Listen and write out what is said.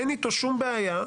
אין אתו שום בעיה,